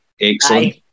excellent